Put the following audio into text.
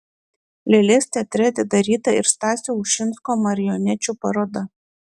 lėlės teatre atidaryta ir stasio ušinsko marionečių paroda